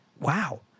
wow